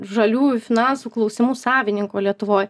žaliųjų finansų klausimų savininko lietuvoj